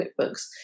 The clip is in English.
QuickBooks